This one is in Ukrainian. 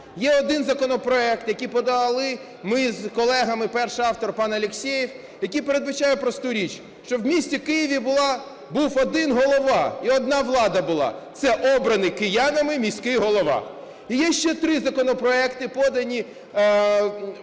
Є один законопроект, який подали ми з колегами (перший автор – пан Алєксєєв), який передбачає просту річ, щоб у місті Києві був один голова і одна влада була – це обраний кияни міський голова. І є ще три законопроекти, подані